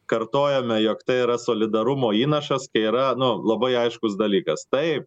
kartojame jog tai yra solidarumo įnašas kai yra nu labai aiškus dalykas tai